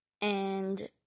and-